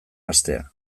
hastea